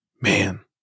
Man